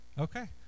Okay